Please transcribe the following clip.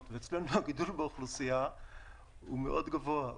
ואצלנו הגידול באוכלוסייה הוא מאוד גבוה.